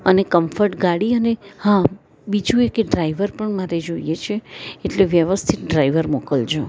અને કમ્ફર્ટ ગાડી અને હ બીજું એ કે ડ્રાઈવર પણ મારે જોઈએ છે એટલે વ્યવસ્થિત ડ્રાઈવર મોકલજો